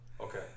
Okay